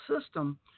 system